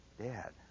Dad